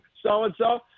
so-and-so